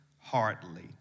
Hardly